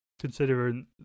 considering